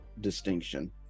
distinction